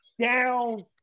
down